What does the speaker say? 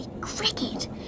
cricket